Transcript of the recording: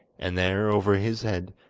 and there, over his head,